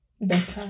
better